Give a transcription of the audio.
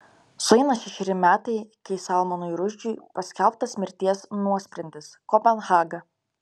sueina šešeri metai kai salmanui rušdžiui paskelbtas mirties nuosprendis kopenhaga